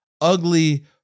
ugly